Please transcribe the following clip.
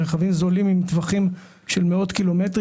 רכבים זולים עם טווחים של מאות קילומטרים,